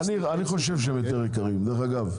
אני חושב שהם יותר יקרים, דרך אגב.